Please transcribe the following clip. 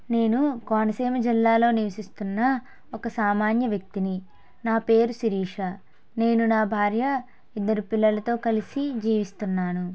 నేను కోనసీమ జిల్లాలో నివసిస్తున్న ఒక సామాన్య వ్యక్తిని నా పేరు శిరీష నేను నా భార్య ఇద్దరు పిల్లలతో కలిసి జీవిస్తున్నాను